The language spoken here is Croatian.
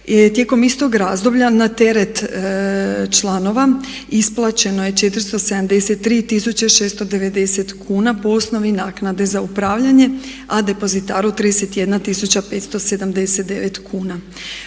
Tijekom istog razdoblja na teret članova isplaćeno je 473 tisuće 690 kuna po osnovi naknade za upravljanje a depozitaru 31 tisuća